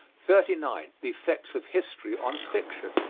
thirty nine. the effects of history on fiction.